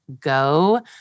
go